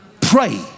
pray